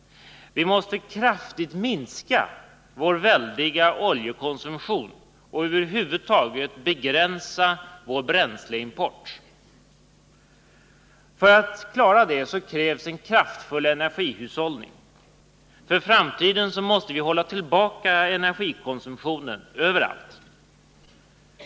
Vi måste kraftigt minska vår väldiga oljekonsumtion och över huvud taget begränsa vår bränsleimport. För att klara detta krävs en kraftfull energihushållning. I framtiden måste vi hålla tillbaka energikonsumtionen överallt.